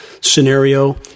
scenario